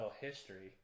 history